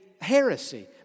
heresy